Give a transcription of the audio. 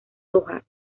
soja